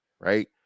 right